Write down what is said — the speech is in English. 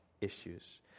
issues